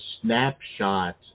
snapshot